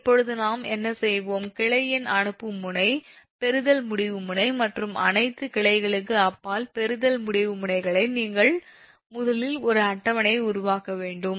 இப்போது நாம் என்ன செய்வோம் கிளை எண் அனுப்பும் முனை பெறுதல் முடிவு முனை மற்றும் அனைத்து கிளைகளுக்கு அப்பால் பெறுதல் முடிவு முனைகளை நீங்கள் முதலில் ஒரு அட்டவணையை உருவாக்க வேண்டும்